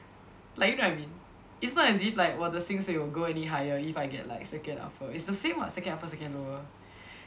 like you know what I mean it's not as if like 我的薪水 will go any higher if I get like second upper it's the same [what] second upper second lower